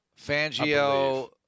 Fangio